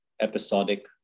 episodic